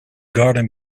garden